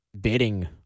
bidding